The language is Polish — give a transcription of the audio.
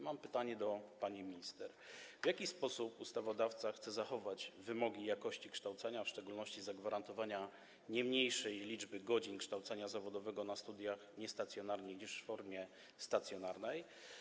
Mam pytanie do pani minister: W jaki sposób ustawodawca chce zachować wymogi dotyczące jakości kształcenia, a w szczególności zagwarantowania nie mniejszej liczby godzin kształcenia zawodowego na studiach niestacjonarnych niż liczba godzin w ramach formy stacjonarnej?